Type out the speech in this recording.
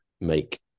make